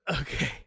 okay